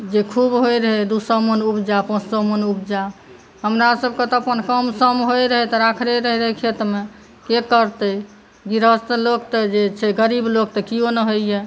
जे खूब होइ रहै दू सए मन उपजा पाँच सए मन उपजा हमरासभके तऽ कोन कमसम होइ रहय तऽ राखले रहै खेतमे के करतै गृहस्थ लोक तऽ जे गरीब लोक तऽ कोइ नहि होइया